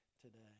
today